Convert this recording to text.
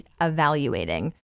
evaluating